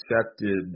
accepted